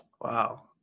Wow